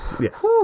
Yes